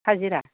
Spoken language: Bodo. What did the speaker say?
हाजिरा